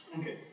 Okay